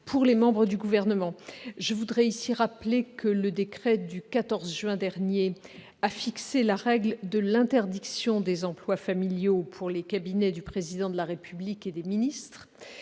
pour les membres du Gouvernement. Je rappelle que le décret du 14 juin dernier a fixé la règle de l'interdiction des emplois familiaux pour les cabinets du Président de la République et des ministres.